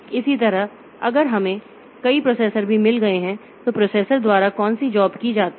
इसी तरह अगर हमें कई प्रोसेसर भी मिल गए हैं तो प्रोसेसर द्वारा कौन सी जॉब की जाती है